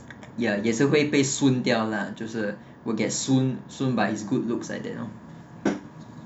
ya 也是会被眴掉 lah 就是 will get 眴眴 by his good looks like that you loh